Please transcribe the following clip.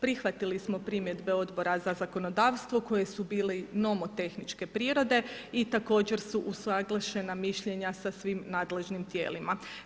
Prihvatili smo primjedbe Odbora za zakonodavstvo koje su bile nomotehničke prirode i također su usuglašena mišljenja sa svim nadležnim tijelima.